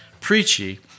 preachy